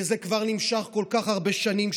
וזה כבר נמשך כל כך הרבה שנים,